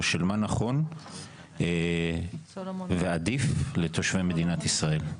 של מה נכון ועדיף לתושבי מדינת ישראל.